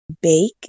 Bake